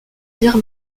dire